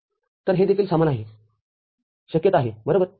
तरहे देखील समान आहे शक्यता आहेबरोबर